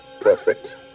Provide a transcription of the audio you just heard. Perfect